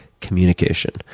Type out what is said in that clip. communication